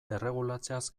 erregulatzeaz